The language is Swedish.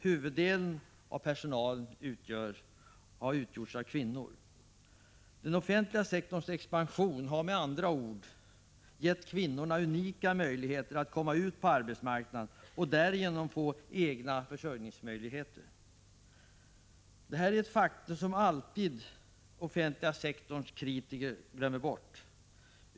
Huvuddelen av personalökningen har utgjorts av kvinnor. Den offentliga sektorns expansion har med andra ord gett kvinnorna unika möjligheter att komma ut på arbetsmarknaden och därigenom få egna försörjningsmöjligheter. Detta faktum glömmer alltid den offentliga sektorns kritiker bort.